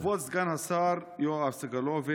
כבוד סגן השר יואב סגלוביץ',